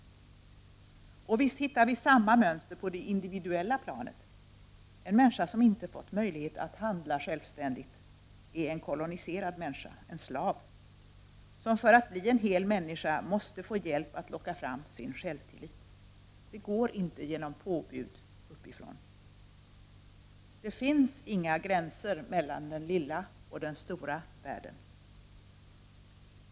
Och visst hittar vi samma mönster på det individuella planet. En människa som inte fått möjlighet att handla självständigt är en koloniserad människa, en slav, som för att bli en hel människa måste få hjälp att locka fram sin självtillit. Det går inte genom påbud uppifrån. Det finns inga gränser mellan den lilla och den stora världen.